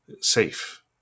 safe